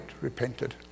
repented